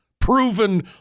Proven